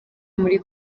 muri